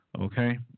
Okay